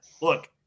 look